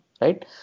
Right